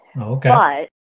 Okay